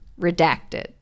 Redacted